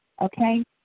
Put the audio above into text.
okay